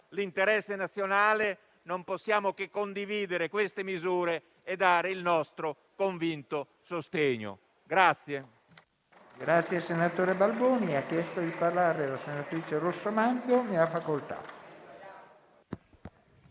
l'interesse nazionale, non possiamo che condividere queste misure e dare loro il nostro convinto sostegno.